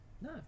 No